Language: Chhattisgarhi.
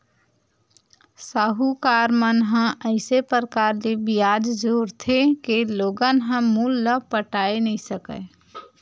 साहूकार मन ह अइसे परकार ले बियाज जोरथे के लोगन ह मूल ल पटाए नइ सकय